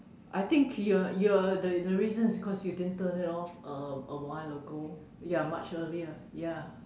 I think you are you're the the reason is because you didn't turn it off a awhile ago you are much earlier ya